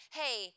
hey